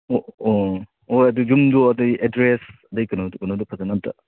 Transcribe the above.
ꯑꯣ ꯍꯣꯏ ꯑꯗꯨ ꯌꯨꯝꯗꯨ ꯑꯗꯩ ꯑꯦꯗ꯭ꯔꯦꯁ ꯑꯗꯩ ꯀꯩꯅꯣꯗꯨ ꯀꯩꯅꯣꯗꯨ ꯐꯖꯅ ꯑꯝꯇ